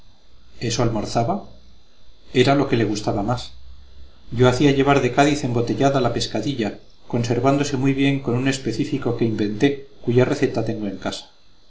era lo que le gustaba más yo hacía llevar de cádiz embotellada la pescadilla conservábase muy bien con un específico que inventé cuya receta tengo en casa